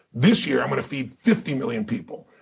this year, i'm going to feed fifty million people,